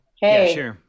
hey